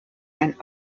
ein